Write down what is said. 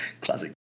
Classic